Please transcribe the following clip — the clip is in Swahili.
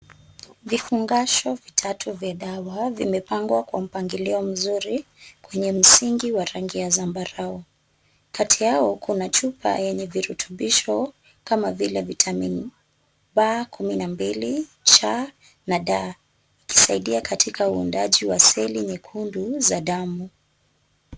Vifungasho vitatu vya dawa vimepangwa kwa mpangilio mzuri kwenye msingi wa rangi ya zambarau. Kati yao kuna chupa yenye virutubisho kama vile Vitamin B-12, C na D ikisaidia katika uundaji wa seli nyekundu za damu.